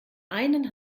einen